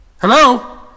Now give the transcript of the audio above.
Hello